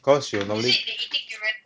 cause you normally